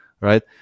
right